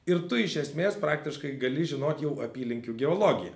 ir tu iš esmės praktiškai gali žinot jau apylinkių geologiją